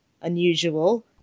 unusual